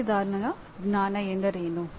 ಕಾರ್ಯವಿಧಾನದ ಜ್ಞಾನ ಎಂದರೇನು